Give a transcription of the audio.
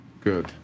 Good